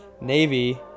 Navy